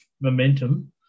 momentum